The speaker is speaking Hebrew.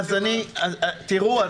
תראו,